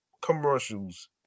commercials